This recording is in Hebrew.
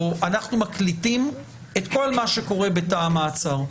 אנחנו מקליטים את כל מה שקורה בתא המעצר.